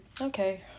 okay